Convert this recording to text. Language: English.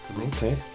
Okay